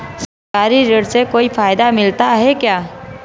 सरकारी ऋण से कोई फायदा मिलता है क्या?